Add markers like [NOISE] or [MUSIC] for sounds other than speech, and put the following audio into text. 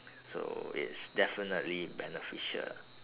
[NOISE] so it's definitely beneficial